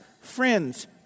friends